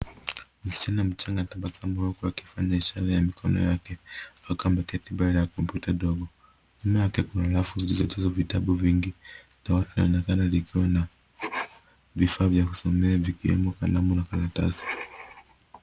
Msichana mchanga anatabasamu huku akifanya ishara ya mikono yake, akiwa ameketi mbele ya kompyuta ndogo. Nyuma yake kuna rafu zilizojazwa vitabu vingi na linaonekana likiwa na vifaa vya kusomea vikiwemo kalamu na karatasi.